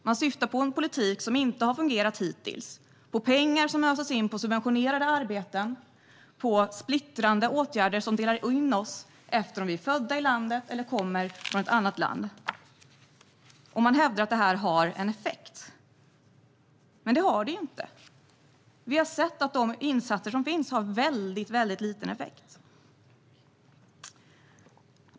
Man syftar på en politik som inte har fungerat hittills, på pengar som öses in på subventionerade arbeten, på splittrande åtgärder som delar in oss efter om vi är födda i landet eller kommer från ett annat land. Man hävdar att detta har en effekt, men det har det ju inte. Vi har sett att de insatser som görs har väldigt liten effekt.